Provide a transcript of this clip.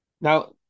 Now